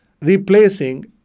replacing